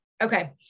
okay